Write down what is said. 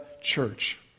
church